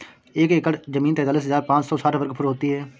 एक एकड़ जमीन तैंतालीस हजार पांच सौ साठ वर्ग फुट होती है